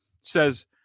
says